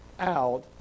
out